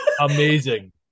Amazing